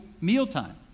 mealtime